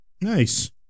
Nice